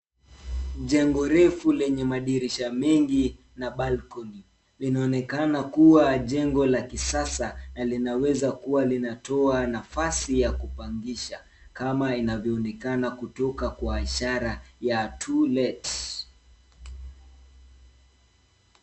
Jengo refu lenye madirisha mengi na balcony linaonekan kuwa jengo la kisasa na linaweza uwa linatoa nafasi ya kuoangisha kama inavyoonekana kutoka kwa ishara ya to let .